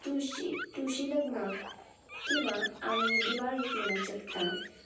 तुळशी तुळशी लग्नाक किंवां आमी दिवाळेक म्हणूंक शकता